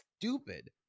stupid